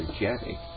energetic